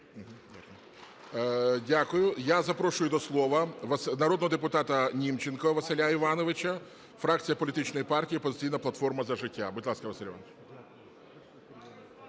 Дякую. Я запрошую до слова народного депутата Німченка Василя Івановича, фракція політичної партії "Опозиційна платформа - За життя". Будь ласка, Василь Іванович.